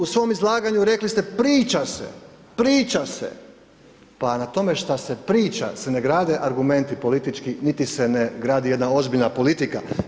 U svom izlaganju rekli ste, priča se, priča se, pa na tome što se priča se ne grade argumenti politički niti se ne gradi jedna ozbiljna politika.